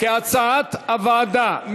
כהצעת הוועדה.